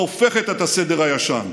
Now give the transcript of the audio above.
שהופכת את הסדר הישן.